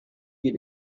you